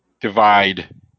divide